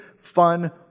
fun